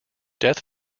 death